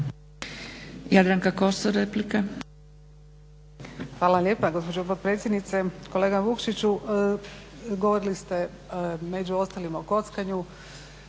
Jadranka Kosor, replika.